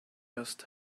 dust